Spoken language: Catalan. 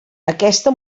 aquesta